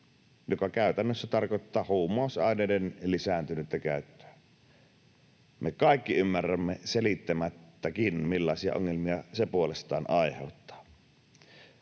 mikä käytännössä tarkoittaa huumausaineiden lisääntynyttä käyttöä. Me kaikki ymmärrämme selittämättäkin, millaisia ongelmia se puolestaan aiheuttaa.